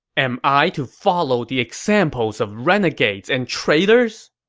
am i to follow the examples of renegades and traitors!